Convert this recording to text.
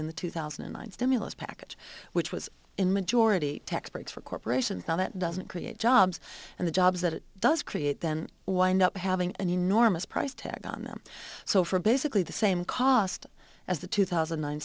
in the two thousand and nine stimulus package which was in majority tax breaks for corporations now that doesn't create jobs and the jobs that it does create then wind up having an enormous price tag on them so for basically the same cost as the two thousand